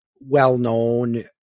well-known